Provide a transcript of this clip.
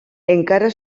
encara